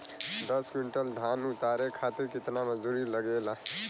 दस क्विंटल धान उतारे खातिर कितना मजदूरी लगे ला?